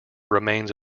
remains